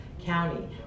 County